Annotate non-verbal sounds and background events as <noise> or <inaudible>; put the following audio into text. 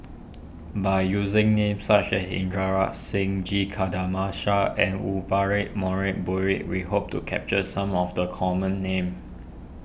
by using names such as Inderjit Singh G <unintelligible> and Wumphrey more ray <unintelligible> we hope to capture some of the common names